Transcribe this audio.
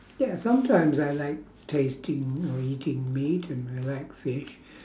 ya sometimes I like tasting or eating meat and I like fish